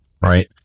right